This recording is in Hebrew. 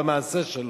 במעשה שלו.